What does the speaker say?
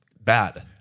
bad